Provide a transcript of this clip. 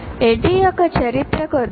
ADDIE యొక్క చరిత్ర కొద్దిగా